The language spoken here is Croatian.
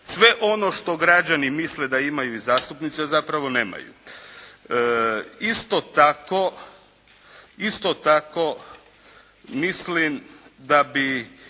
sve ono što građani misle da imaju i zastupnici a zapravo nemaju. Isto tako, mislim da bi